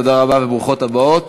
תודה רבה וברוכות הבאות.